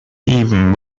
even